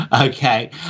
Okay